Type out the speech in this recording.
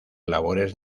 labores